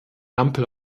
ampel